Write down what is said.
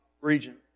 region